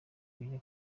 kuja